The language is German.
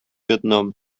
vietnam